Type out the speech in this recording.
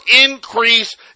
increase